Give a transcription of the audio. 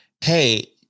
hey